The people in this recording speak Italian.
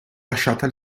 lasciata